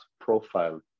profile